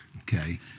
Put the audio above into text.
okay